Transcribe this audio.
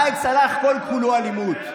ראאד סלאח כל-כולו אלימות,